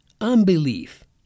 unbelief